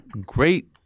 Great